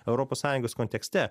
europos sąjungos kontekste